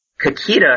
Kakita